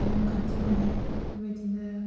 नेमखान्थि माने बेबादिनो